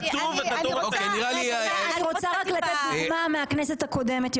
אני רוצה לתת דוגמה מהכנסת הקודמת.